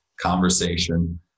conversation